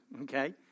okay